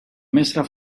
mestre